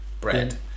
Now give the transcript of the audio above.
Bread